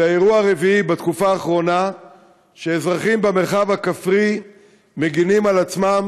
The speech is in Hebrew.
זה האירוע הרביעי בתקופה האחרונה שאזרחים במרחב הכפרי מגינים על עצמם